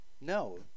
No